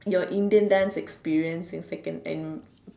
your Indian dance experience in second and